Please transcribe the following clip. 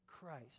Christ